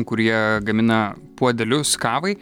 kurie gamina puodelius kavai